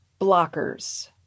blockers